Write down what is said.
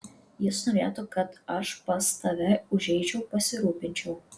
jis norėtų kad aš pas tave užeičiau pasirūpinčiau